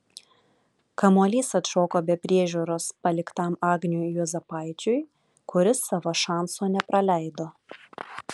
kamuolys atšoko be priežiūros paliktam agniui juozapaičiui kuris savo šanso nepraleido